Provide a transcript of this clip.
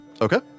Okay